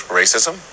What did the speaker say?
racism